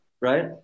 right